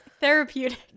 therapeutic